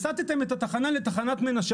הסטתם את התחנה לתחנת מנשה,